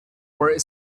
were